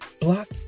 Block